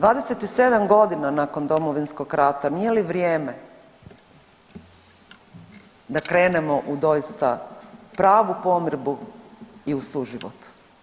27 godina nakon Domovinskog rata nije li vrijeme da krenemo u doista pravu pomirbu i u suživot.